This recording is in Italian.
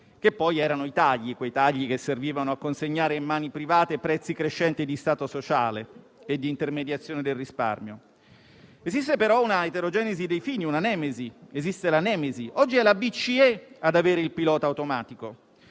che poi erano i tagli (quelli che servivano a consegnare in mani private pezzi crescenti di stato sociale e di intermediazione del risparmio)? Esiste, però, un'eterogenesi dei fini, una nemesi: oggi è la Banca centrale europea ad avere il pilota automatico.